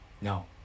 No